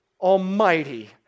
Almighty